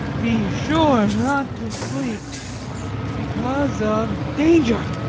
be sure not to sleep because of danger.